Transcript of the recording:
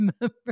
remember